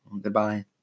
goodbye